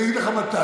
אני אגיד לך מתי,